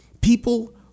People